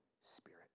spirit